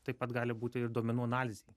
taip pat gali būti ir duomenų analizei